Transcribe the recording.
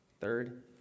third